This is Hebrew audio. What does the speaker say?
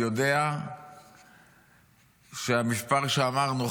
יודע שהמספר שאמרנו,